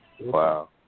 Wow